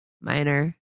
Minor